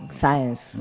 science